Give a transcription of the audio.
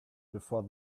before